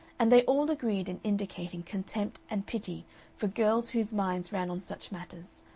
and they all agreed in indicating contempt and pity for girls whose minds ran on such matters,